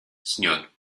senhor